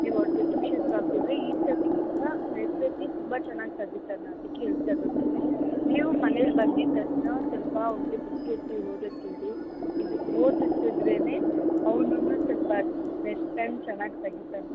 ನೀವು ಅವ್ರಿಗೆ ಟ್ಯೂಷನ್ಗೆ ಹಾಕದ್ರೆ ಈ ಸರ್ತಿಗಿಂತ ನೆಕ್ಸ್ಟ್ ಸರ್ತಿ ತುಂಬ ಚೆನ್ನಾಗಿ ತಗಿತಾನೆ ಅದಕ್ಕೆ ಏಳ್ತಾ ಇರೋದು ನಾನು ನೀವು ಮನೇಲಿ ಬಂದಿದ್ದ ತಕ್ಷಣ ಸ್ವಲ್ಪ ಅವ್ನಿಗೆ ಬುಕ್ ಎತ್ತಿ ಓದಕ್ಕೆ ಹೇಳಿ ಇದು ಓದಿಸಿದರೇನೆ ಅವ್ನು ಸ್ವಲ್ಪ ನೆಕ್ಸ್ಟ್ ಟೈಮ್ ಚನ್ನಾಗಿ ತಗಿತಾನೆ